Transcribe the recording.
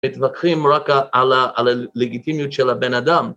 מתווכחים רק על הלגיטימיות של הבן אדם